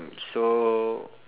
so